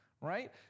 right